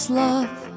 love